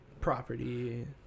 property